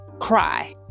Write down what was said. cry